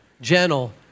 gentle